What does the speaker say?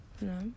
No